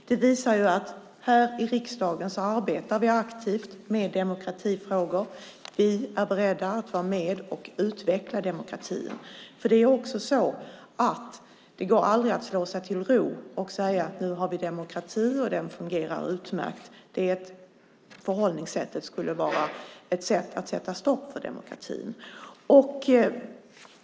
Det visar att vi här i riksdagen arbetar aktivt med demokratifrågor. Vi är beredda att vara med och utveckla demokratin. Det går nämligen aldrig att slå sig till ro och säga att vi nu har demokrati och att den fungerar utmärkt. Det förhållningssättet skulle vara ett sätt att sätta stopp för demokratin.